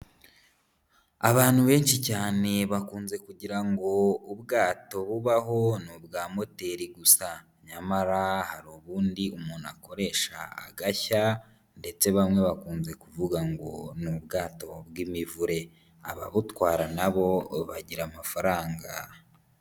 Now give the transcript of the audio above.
Abantu benshi cyane bakunze kugira ngo ubwato bubaho ni ubwa moteri gusa, nyamara hari ubundi umuntu akoresha agashya ndetse bamwe bakunze kuvuga ngo n'ubwato bw'imivure, ababutwara na bo bagira amafaranga.